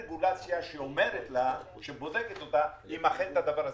רגולציה שבודקת אם אכן עשתה את הדבר הזה.